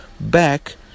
back